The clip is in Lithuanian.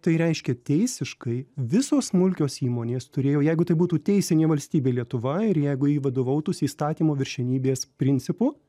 tai reiškia teisiškai visos smulkios įmonės turėjo jeigu tai būtų teisinė valstybė lietuva ir jeigu ji vadovautųsi įstatymo viršenybės principu